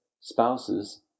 spouses